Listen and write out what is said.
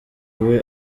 iwe